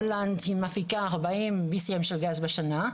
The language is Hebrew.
היא מפיקה ארבעים BCM של גז בשנה,